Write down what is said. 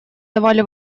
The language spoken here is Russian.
давали